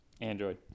Android